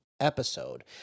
episode